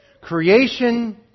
Creation